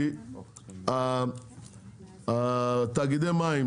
כי תאגידי המים,